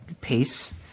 pace